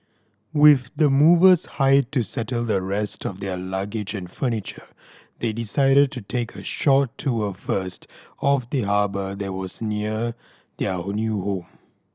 with the movers hired to settle the rest of their luggage and furniture they decided to take a short tour first of the harbour that was near their new home